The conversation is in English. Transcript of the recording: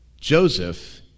Joseph